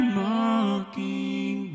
mocking